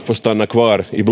kvar i